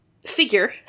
figure